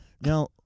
Now